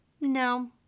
no